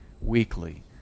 weekly